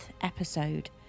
episode